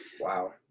Wow